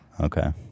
Okay